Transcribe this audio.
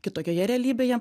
kitokioje realybėje